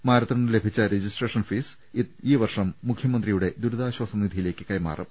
മാരത്തണിന് ലഭിച്ച registration fees ഈ വർഷം മുഖൃമന്ത്രിയുടെ ദുരിതാശ്ചാസ നിധിയിലേക്ക് കൈമാറും